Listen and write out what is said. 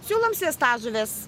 siūlom sviestažuves